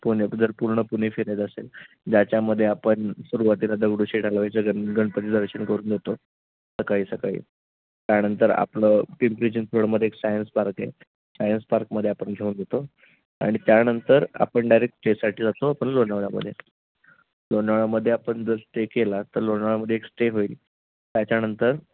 पुणे जर पूर्ण पुणे फिरायचं असेल ज्याच्यामध्ये आपण सुरवातीला दगडूशेठ हलवाईचं गण गणपती दर्शन करून देतो सकाळी सकाळी त्यानंतर आपलं पिंपळी चिंचवडमध्ये एक सायन्स पार्क आहे सायन्स पार्कमध्ये आपन घेऊन येतो आणि त्यानंतर आपण डायरेक्ट स्टेसाठी जातो आपण लोणावळ्यामध्ये लोणावळ्यामध्ये आपण जर स्टे केला तर लोणावळ्यामध्ये एक स्टे होईल त्याच्यानंतर